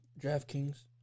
DraftKings